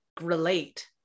relate